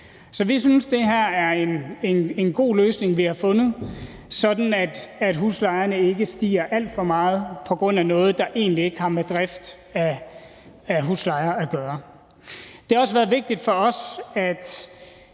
Så vi synes, det her er en god løsning, vi har fundet, sådan at huslejen ikke stiger alt for meget på grund af noget, der egentlig ikke har med drift i forhold til husleje at gøre. Det har også været vigtigt for os, at